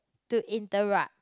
to interrupt